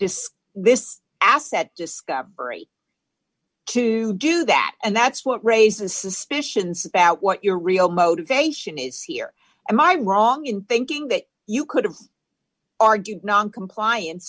disc this asset discovery to do that and that's what raises suspicions about what your real motivation is here am i wrong in thinking that you could have argued noncomplian